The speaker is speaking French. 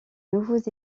nouveaux